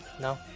No